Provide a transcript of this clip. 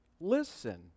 listen